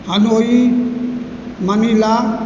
Hanoi Manila